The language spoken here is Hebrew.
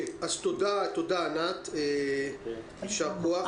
תודה, ענת, יישר כוח.